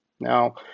Now